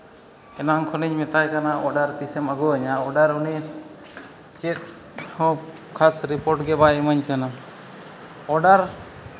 ᱮᱱᱟᱝ ᱠᱷᱚᱱᱤᱧ ᱢᱮᱛᱟᱭ ᱠᱟᱱᱟ ᱚᱰᱟᱨ ᱛᱤᱥᱮᱢ ᱟᱹᱜᱩᱣᱤᱧᱟᱹ ᱚᱰᱟᱨ ᱩᱱᱤ ᱪᱮᱫ ᱦᱚᱸ ᱠᱷᱟᱥ ᱨᱤᱯᱚᱨᱴ ᱵᱟᱭ ᱤᱢᱟᱹᱧ ᱠᱟᱱᱟ ᱚᱰᱟᱨ